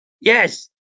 Yes